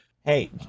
Hey